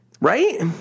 right